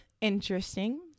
Interesting